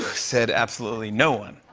said absolutely no one.